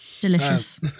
Delicious